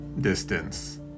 distance